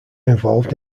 involved